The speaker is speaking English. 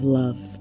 love